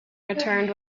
returned